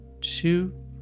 two